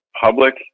public